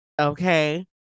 okay